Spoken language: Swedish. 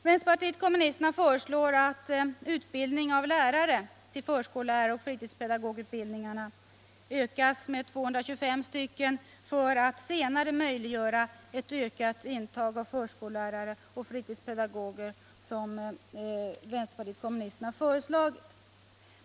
Vänsterpartiet kommunisterna föreslår att utbildningen av lärare till förskolläraroch fritidspedagogutbildningarna ökas med 225 platser för att senare möjliggöra ett ökat intag av förskollärare och fritidspedagoger, såsom vi föreslagit.